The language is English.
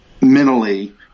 mentally